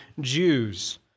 Jews